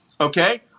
okay